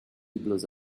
blows